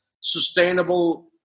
sustainable